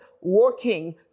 working